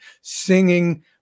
singing